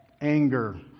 Anger